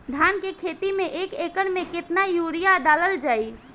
धान के खेती में एक एकड़ में केतना यूरिया डालल जाई?